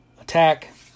attack